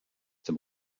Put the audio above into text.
dem